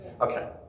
Okay